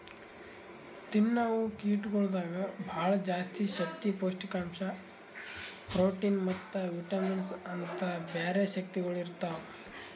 ತಿನ್ನವು ಕೀಟಗೊಳ್ದಾಗ್ ಭಾಳ ಜಾಸ್ತಿ ಶಕ್ತಿ, ಪೌಷ್ಠಿಕಾಂಶ, ಪ್ರೋಟಿನ್ ಮತ್ತ ವಿಟಮಿನ್ಸ್ ಅಂತ್ ಬ್ಯಾರೆ ಶಕ್ತಿಗೊಳ್ ಇರ್ತಾವ್